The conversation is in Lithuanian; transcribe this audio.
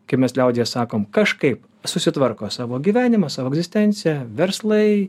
kai mes liaudyje sakom kažkaip susitvarko savo gyvenimą savo egzistenciją verslai